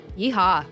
Yeehaw